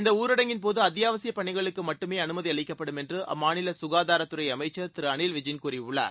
இந்த ஊரடங்கின்போது அத்தியாவசியப் பணிகளுக்கு மட்டுமே அனுமதி அளிக்கப்படும் என்று அம்மாநில சுகாதாரத்துறை அமைச்சர் திரு அணில் விஜின் கூறியுள்ளார்